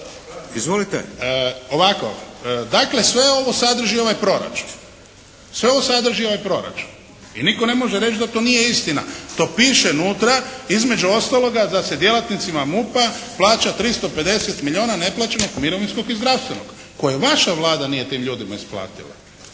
Izvolite. Ovako, dakle sve ovo sadrži ovaj proračun. Sve ovo sadrži ovaj proračun i nitko ne može reći da to nije istina. To piše unutra, između ostaloga da se djelatnicima MUP-a plaća 350 milijuna neplaćenog mirovinskog i zdravstvenog koje vaša Vlada nije tim ljudima isplatila.